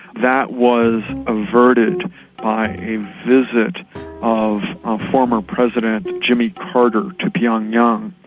that was averted by a visit of a former president, jimmy carter, to pyongyang,